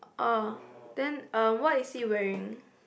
uh then um what is he wearing